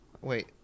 wait